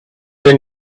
the